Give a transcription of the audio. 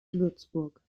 würzburg